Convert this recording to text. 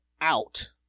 out